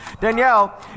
Danielle